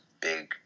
Big